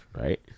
right